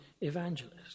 evangelist